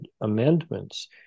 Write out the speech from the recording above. amendments